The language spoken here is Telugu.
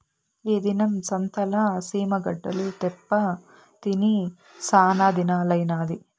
ఈ దినం సంతల సీమ గడ్డలు తేప్పా తిని సానాదినాలైనాది